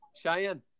Cheyenne